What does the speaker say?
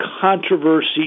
controversy